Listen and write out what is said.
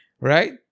Right